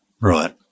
Right